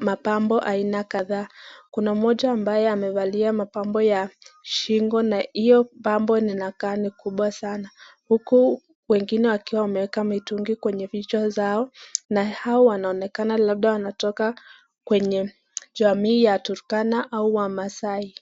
mapambo aina kadhaa. Kuna mmoja ambaye amevalia mapambo ya shingo na hiyo pambo inakaa ni kubwa sana huku wengine wakiwa wameweka mkitungi kwenye vichwa zao na hao wanaonekana labda wanatoka kwenye jamii ya Turkana au wamasaai.